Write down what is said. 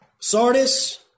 Sardis